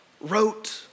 wrote